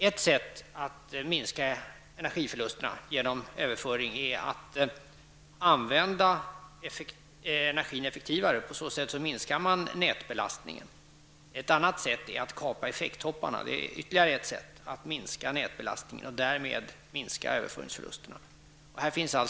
Ett sätt att minska energiförlusterna vid överföring är att använda energin effektivare. På så sätt minskar man nätbelastningen. Ytterligare ett sätt att minska nätbelastningen och därmed minska överföringsförlusterna är att kapa effekttopparna.